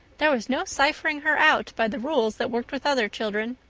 there was no ciphering her out by the rules that worked with other children.